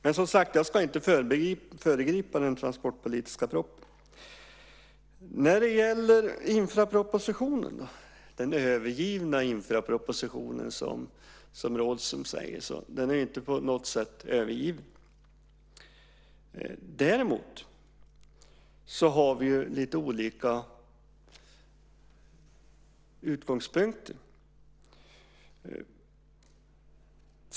Men som sagt: Jag ska inte föregripa den transportpolitiska propositionen. Jag ska kommentera infrastrukturpropositionen, den övergivna infrastrukturpropositionen, som Rådhström säger. Den är inte på något sätt övergiven. Däremot har vi lite olika utgångspunkter.